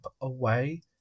away